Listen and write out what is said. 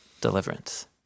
deliverance